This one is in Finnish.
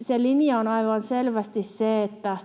Se linja on aivan selvästi se, että